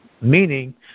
meaning